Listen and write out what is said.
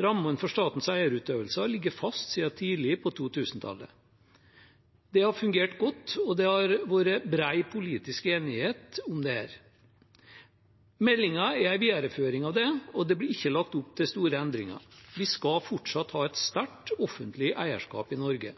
Rammen for statens eierutøvelse har ligget fast siden tidlig på 2000-tallet. Dette har fungert godt, og det har vært bred politisk enighet om det. Meldingen er en videreføring av det, og det blir ikke lagt opp til store endringer. Vi skal fortsatt ha et sterkt offentlig eierskap i Norge.